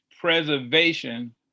preservation